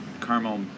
caramel